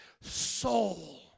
soul